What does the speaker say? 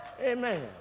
Amen